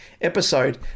episode